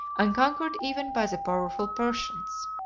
unconquered even by the powerful persians